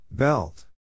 Belt